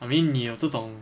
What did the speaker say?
I mean 你有这种